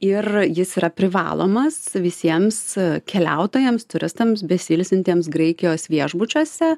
ir jis yra privalomas visiems keliautojams turistams besiilsintiems graikijos viešbučiuose